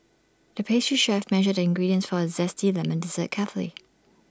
the pastry chef measured ingredients for A Zesty Lemon Dessert carefully